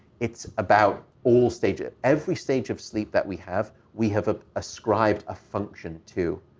it's about all stages. every stage of sleep that we have, we have ah ascribed a function to.